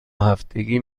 هفتگی